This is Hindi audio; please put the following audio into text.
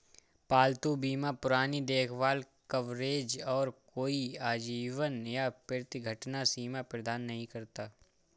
पालतू बीमा पुरानी देखभाल कवरेज और कोई आजीवन या प्रति घटना सीमा प्रदान नहीं करता